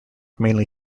mainly